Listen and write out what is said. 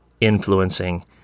influencing